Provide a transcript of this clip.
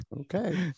okay